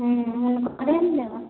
हुँ ओकरे ने देबै